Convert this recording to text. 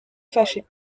fâcher